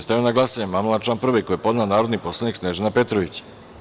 Stavljam na glasanje amandman na član 2. koji je podnela narodni poslanik Snežana Petrović.